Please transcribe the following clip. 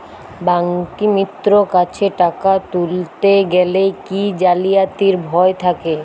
ব্যাঙ্কিমিত্র কাছে টাকা তুলতে গেলে কি জালিয়াতির ভয় থাকে?